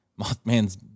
mothman's